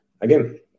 again